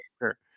Sure